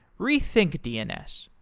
rethink dns,